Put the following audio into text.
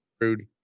Rude